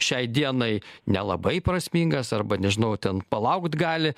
šiai dienai nelabai prasmingas arba nežinau ten palaukt gali